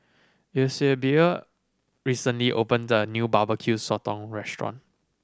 Eusebio recently opened a new Barbecue Sotong restaurant